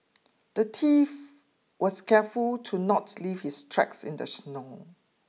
the thief was careful to not leave his tracks in the snow